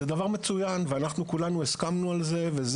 זה דבר מצוין וכולנו הסכמנו לזה.